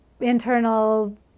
internal